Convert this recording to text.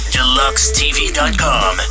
Deluxetv.com